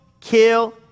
kill